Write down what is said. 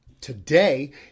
Today